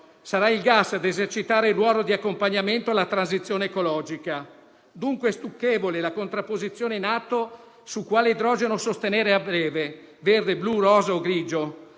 sarà il gas a esercitare il ruolo di accompagnamento alla transizione ecologica. È dunque stucchevole la contrapposizione in atto su quale idrogeno sostenere a breve (verde, blu, rosa o grigio).